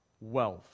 wealth